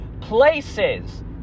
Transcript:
places